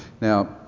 Now